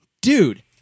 Dude